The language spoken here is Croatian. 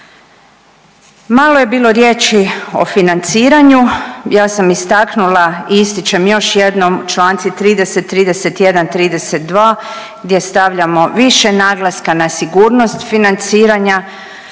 Malo je bilo riječi o financiranju, ja sam istaknula i ističem još jednom čl. 30., 31. i 32. gdje stavljamo više naglaska na sigurnost financiranja.